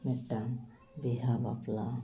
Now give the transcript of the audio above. ᱢᱤᱜᱴᱟᱝ ᱵᱤᱦᱟᱹᱼᱵᱟᱯᱞᱟ